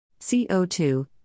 CO2